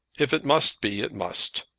if it must be, it must.